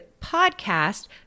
podcast